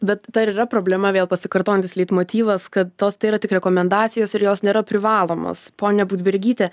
bet dar yra problema vėl pasikartojantis leitmotyvas kad tos tai yra tik rekomendacijos ir jos nėra privalomos ponia budbergyte